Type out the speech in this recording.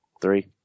three